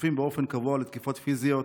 חשופים באופן קבוע לתקיפות פיזיות,